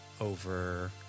over